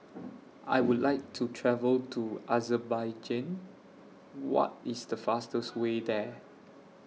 I Would like to travel to Azerbaijan What IS The fastest Way There